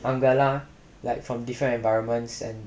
அங்கெல்லாம்:angellaam like from different environments and